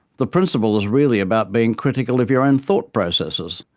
the principle is really about being critical of your own thought processes,